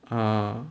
ah